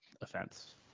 offense